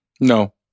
No